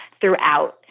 throughout